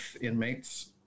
inmates